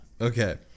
Okay